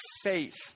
faith